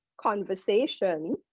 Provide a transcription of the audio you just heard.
conversation